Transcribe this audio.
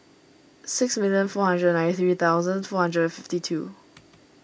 sixty billion four hundered ninety three thousand four hundred fifty two